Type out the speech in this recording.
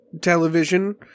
television